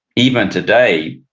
even today,